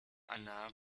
anna